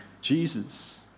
Jesus